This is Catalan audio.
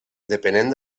depenent